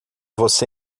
você